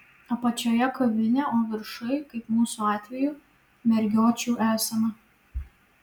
apačioje kavinė o viršuj kaip mūsų atveju ir mergiočių esama